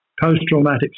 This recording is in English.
post-traumatic